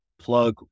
plug